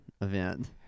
event